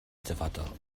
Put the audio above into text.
dyfodol